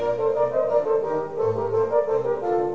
or or